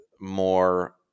more